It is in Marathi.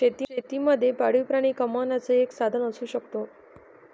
शेती मध्ये पाळीव प्राणी कमावण्याचं एक साधन असू शकतो